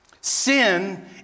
Sin